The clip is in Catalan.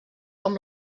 com